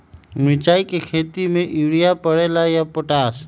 मिर्ची के खेती में यूरिया परेला या पोटाश?